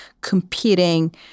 competing